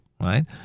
right